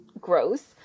gross